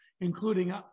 including